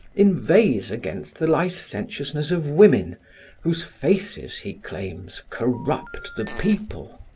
inveighs against the licentiousness of women whose faces, he claims, corrupt the people.